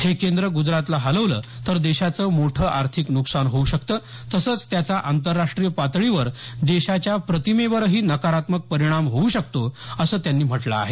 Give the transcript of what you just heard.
हे केंद्र गुजरातला हलवलं तर देशाचं मोठं आर्थिक नुकसान होऊ शकतं तसंच त्याचा आंतरराष्ट्रीय पातळीवर देशाच्या प्रतिमेवरही नकारात्मक परिणाम होऊ शकतो असं त्यांनी म्हटलं आहे